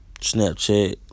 Snapchat